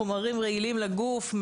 חומרים רעילים לגוף,